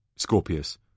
Scorpius